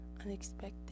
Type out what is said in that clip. Unexpected